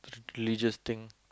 religious thing